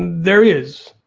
there he is.